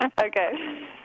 Okay